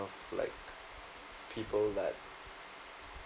of like people that